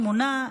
שמונה,